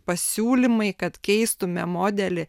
pasiūlymai kad keistume modelį